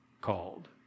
called